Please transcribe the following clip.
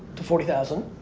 to forty thousand.